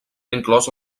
inclosa